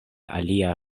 alia